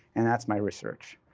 and that's my research.